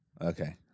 Okay